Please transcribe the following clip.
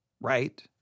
right